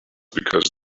because